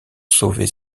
sauver